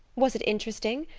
was it interesting?